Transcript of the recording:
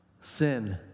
sin